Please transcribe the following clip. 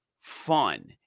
fun